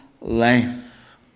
life